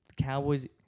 Cowboys